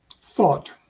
Thought